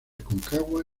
aconcagua